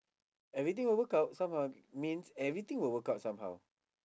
everything will work out somehow means everything will work out somehow